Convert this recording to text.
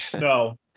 no